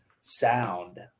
sound